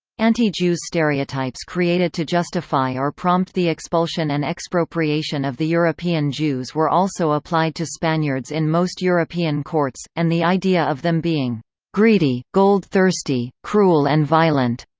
anti-jews stereotypes created to justify or prompt the expulsion and expropriation of the european jews were also applied to spaniards in most european courts, and the idea of them being greedy, gold-thirsty, cruel and violent,